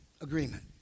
agreement